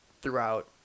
throughout